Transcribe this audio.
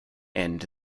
and